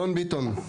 אלון ביטון,